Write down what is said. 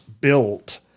built